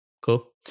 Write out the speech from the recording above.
cool